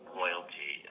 loyalty